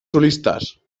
solistes